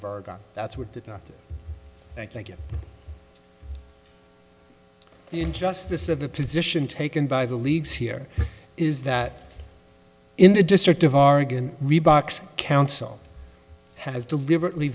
of oregon that's what the doctor thank you the injustice of the position taken by the league's here is that in the district of oregon reeboks council has deliberately